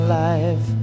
life